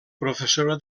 professora